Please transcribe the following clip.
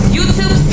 YouTube